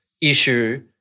issue